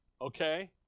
Okay